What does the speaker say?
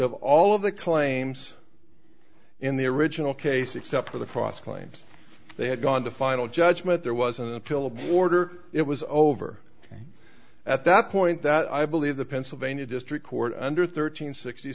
of all of the claims in the original case except for the cross claims they had gone to final judgment there wasn't until the border it was over at that point that i believe the pennsylvania district court under thirteen sixty